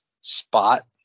spot